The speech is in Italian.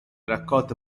raccolta